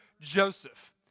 Joseph